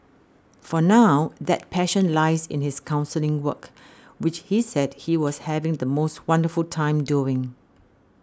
for now that passion lies in his counselling work which he said he was having the most wonderful time doing